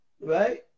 right